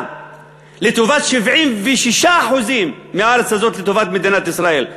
לטובת 76% מהארץ הזאת לטובת מדינת ישראל,